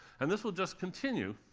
and this will just continue,